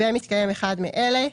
ומתקיים אחד מאלה: